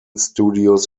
studios